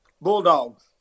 Bulldogs